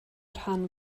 rhan